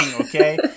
okay